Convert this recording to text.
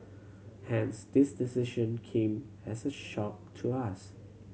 hence this decision came as a shock to us